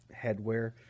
headwear